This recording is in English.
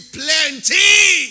plenty